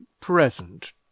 present